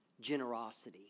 Generosity